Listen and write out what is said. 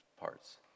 parts